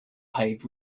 paved